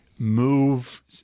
move